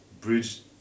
Bridge